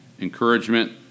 encouragement